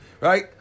right